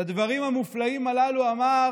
את הדברים המופלאים הללו אמר